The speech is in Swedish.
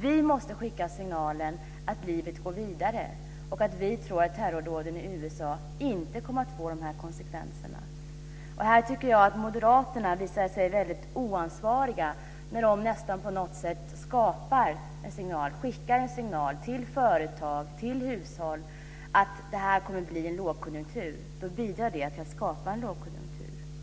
Vi måste skicka signalen att livet går vidare, och att vi tror att terrordåden i USA inte kommer att få sådana konsekvenser. Här tycker jag att Moderaterna visar sig väldigt oansvariga när de skickar en signal till företag och hushåll om att det kommer att bli en lågkonjunktur. Det bidrar till att skapa en lågkonjunktur.